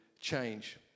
change